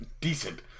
decent